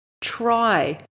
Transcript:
Try